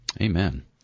Amen